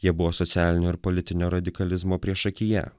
jie buvo socialinio ir politinio radikalizmo priešakyje